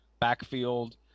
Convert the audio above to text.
backfield